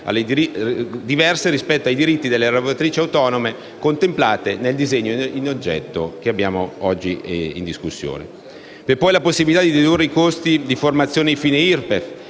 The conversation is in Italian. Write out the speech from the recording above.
parentale rispetto ai diritti delle lavoratrici autonome contemplate nel disegno di legge oggi in discussione. Vi è poi la possibilità di dedurre i costi di formazione ai fini IRPEF,